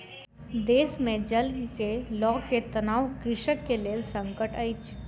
देश मे जल के लअ के तनाव कृषक के लेल संकट अछि